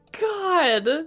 God